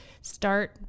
start